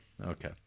Okay